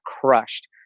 crushed